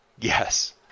yes